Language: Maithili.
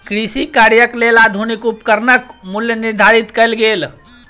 कृषि कार्यक लेल आधुनिक उपकरणक मूल्य निर्धारित कयल गेल